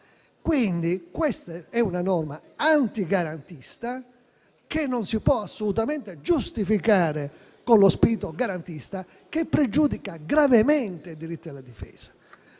Quindi questa è una norma antigarantista, che non si può assolutamente giustificare con lo spirito garantista, e che pregiudica gravemente i diritti della difesa.